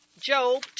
Job